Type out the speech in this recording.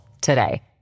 today